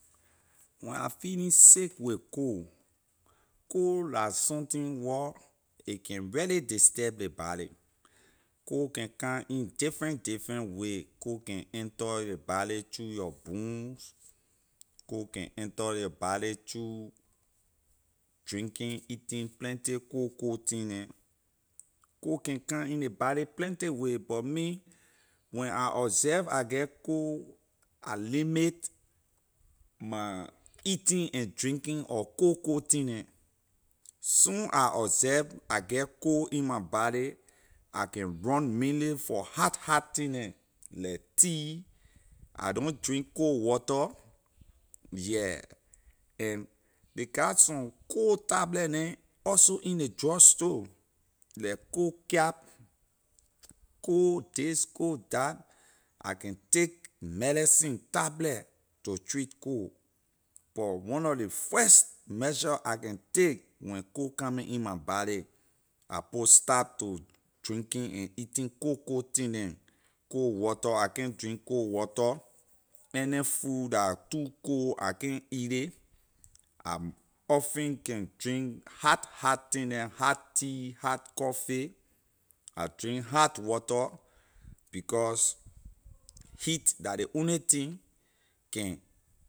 When I feeling sick with cold, cold la something wor a can really disturb ley body cold can come in different different way cold can enter your body through your bones cold can enter your body through drinking eating plenty cold cold thing neh cold can come in ley body plenty way but me when I observe I get cold I limit my eating my drinking of cold cold thing neh soon I observe I get cold in my body I can run mainly for hot hot thing neh like tea I don't drink cold water yeah and ley got some cold tablet neh also in ley drugs store like cold cap cold this cold that I can take medicine tablet to treat cold but one nor ley first measure I can take when cold coming in my body I put stop to drinking and eating cold cold thing neh cold water I can't drink cold water any food la too cold I can't eat it I often can drink hot hot thing neh hot tea hot coffee I drink hot water because heat la ley only thing can